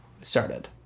started